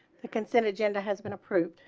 the consent agenda has been approved